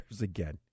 again